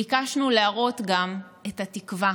ביקשנו להראות גם את התקווה.